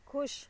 ਖੁਸ਼